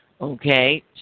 Okay